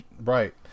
right